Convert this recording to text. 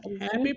Happy